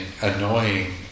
annoying